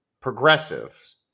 progressives